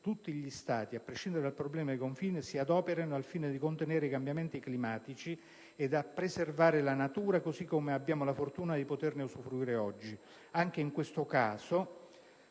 Stati, tutti, a prescindere dal problema di confine, si adoperino al fine di contenere i cambiamenti climatici e di preservare la natura, così come abbiamo la fortuna di poterne usufruire oggi. Anche se in questo caso